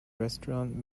restaurant